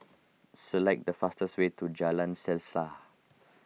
select the fastest way to Jalan